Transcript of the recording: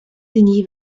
dni